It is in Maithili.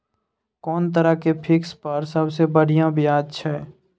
कोन तरह के फिक्स पर सबसे बढ़िया ब्याज छै?